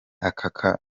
aka